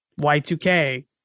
Y2K